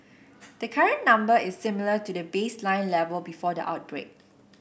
the current number is similar to the baseline level before the outbreak